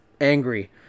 angry